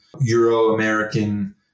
Euro-American